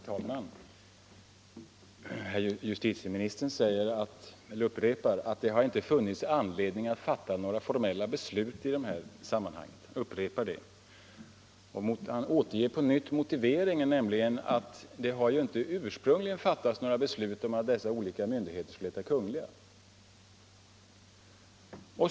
Herr talman! Justitieministern upprepar att det inte funnits anledning att fatta några formella beslut i dessa sammanhang. Han återger på nytt motiveringen att det inte ursprungligen fattats några beslut om att myndigheterna skulle heta Kungl.